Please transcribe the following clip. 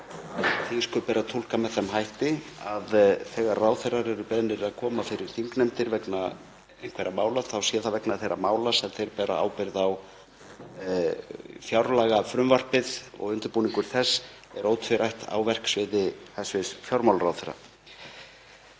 þingsköp beri að túlka með þeim hætti að þegar ráðherrar eru beðnir að koma fyrir þingnefndir vegna einhverra mála þá sé það vegna þeirra mála sem þeir bera ábyrgð á. Fjárlagafrumvarpið og undirbúningur þess er ótvírætt á verksviði hæstv. fjármálaráðherra.